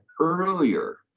earlier